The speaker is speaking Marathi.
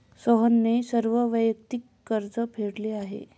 सोहनने सर्व वैयक्तिक कर्ज फेडले आहे